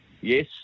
yes